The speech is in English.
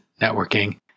networking